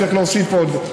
צריך להוסיף עוד,